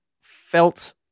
felt